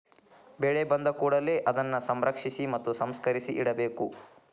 ಬೆಳೆ ಬಂದಕೂಡಲೆ ಅದನ್ನಾ ಸಂರಕ್ಷಿಸಿ ಮತ್ತ ಸಂಸ್ಕರಿಸಿ ಇಡಬೇಕು